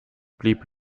blieb